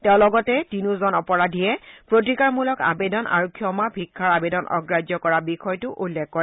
তেওঁ লগতে তিনিওজন অপৰাধীয়ে প্ৰতিকাৰমূলক আবেদন আৰু ক্ষমা ভিক্ষাৰ আবেদন অগ্ৰাহ্য কৰাৰ বিষয়টো উল্লেখ কৰে